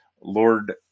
Lord